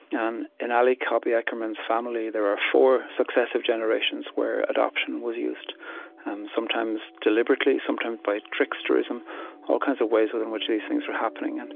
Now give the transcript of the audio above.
and in ali cobby eckermann's family, there are four successive generations where adoption was used sometimes deliberately, sometimes by tricksterism all kinds of ways within which these things were happening. and